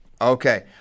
Okay